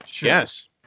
Yes